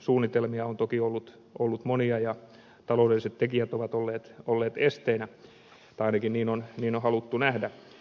suunnitelmia on toki ollut monia ja taloudelliset tekijät ovat olleet esteenä tai ainakin niin on haluttu nähdä